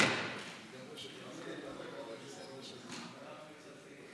אנחנו נוסיף אותך, חבר הכנסת מיקי לוי.